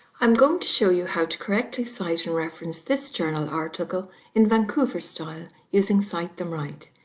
i'm going to show you how to correctly cite and reference this journal article in vancouver style using cite them right.